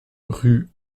rue